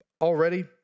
Already